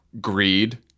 Greed